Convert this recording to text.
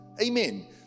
Amen